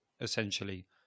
essentially